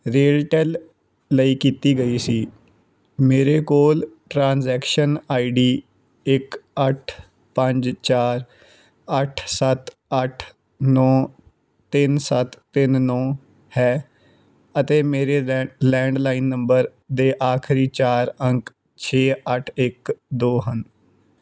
ਰੇਲਟੇਲ ਲਈ ਕੀਤੀ ਗਈ ਸੀ ਮੇਰੇ ਕੋਲ ਟ੍ਰਾਂਜੈਕਸ਼ਨ ਆਈਡੀ ਇੱਕ ਅੱਠ ਪੰਜ ਚਾਰ ਅੱਠ ਸੱਤ ਅੱਠ ਨੌਂ ਤਿੰਨ ਸੱਤ ਤਿੰਨ ਨੌਂ ਹੈ ਅਤੇ ਮੇਰੇ ਲੈਂਡਲਾਈਨ ਨੰਬਰ ਦੇ ਆਖਰੀ ਚਾਰ ਅੰਕ ਛੇ ਅੱਠ ਇੱਕ ਦੋ ਹਨ